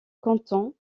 canton